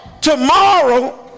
tomorrow